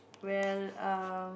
well err